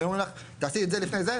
אם היו אומרים לך תעשי את זה לפני זה,